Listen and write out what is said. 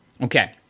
Okay